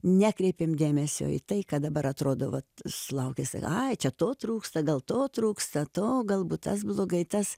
nekreipėm dėmesio į tai ką dabar atrodo vat sulaukęs tai ai čia to trūksta gal to trūksta to galbūt tas blogai tas